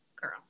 Girl